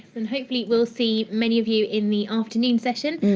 and hopefully, we'll see many of you in the afternoon session,